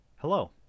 Hello